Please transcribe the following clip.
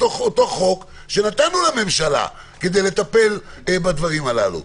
בתוך אותו חוק שנתנו לממשלה כדי לטפל בדברים הללו,